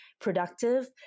productive